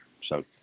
So-